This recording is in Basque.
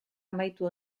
amaitu